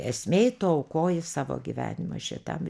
esmėj tu aukoji savo gyvenimą šitam